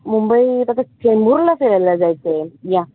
मुंबई तसंच चेंबूरला फिरायला जायचं आहे या